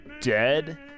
dead